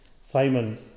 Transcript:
Simon